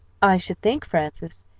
i should think, frances,